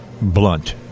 blunt